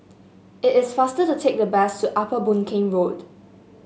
it is faster to take the bus to Upper Boon Keng Road